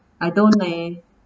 I don't eh